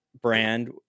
brand